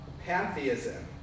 Pantheism